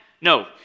No